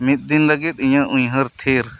ᱢᱤᱫ ᱫᱤᱱ ᱞᱟᱹᱜᱤᱫ ᱤᱧᱟᱹᱜ ᱩᱭᱦᱟᱹᱨ ᱛᱷᱤᱨ